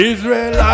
Israel